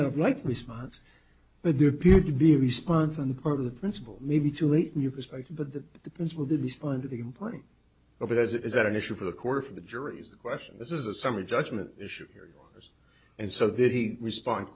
white response but the appear to be a response on the part of the principal may be too late and your perspective but that the principal did respond to the point of it as it is that an issue for the core for the jury is the question this is a summary judgment issue here and so did he respond